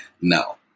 No